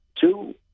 Two